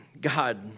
God